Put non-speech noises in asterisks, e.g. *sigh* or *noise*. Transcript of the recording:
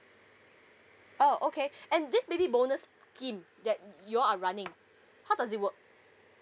oh okay *breath* and this baby bonus scheme that you all are running how does it work